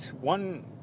one